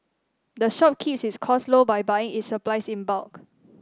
the shop keeps its costs low by buying its supplies in bulk